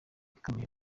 ikomeye